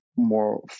more